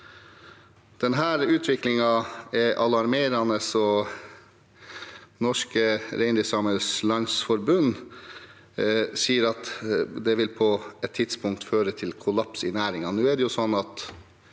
Denne utviklingen er alarmerende, og Norske Reindriftsamers Landsforbund sier at det på et tidspunkt vil føre til kollaps i næringen.